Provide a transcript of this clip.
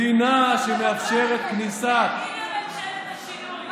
מדינה שמאפשרת כניסת, הינה ממשלת השינוי.